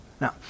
Now